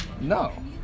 No